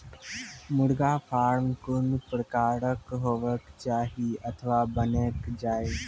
मुर्गा फार्म कून प्रकारक हेवाक चाही अथवा बनेल जाये?